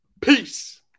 Peace